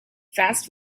fast